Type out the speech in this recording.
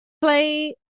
play